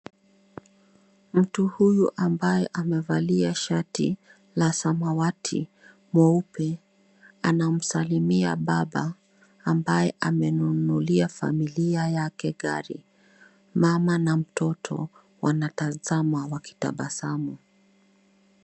Mtu huyu ambaye amevalia shati la samawati, mweupe, anamsalimia baba ambaye amenunulia familia yake gari. Mama na mtoto wanatazama wakitabasamu.